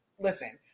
listen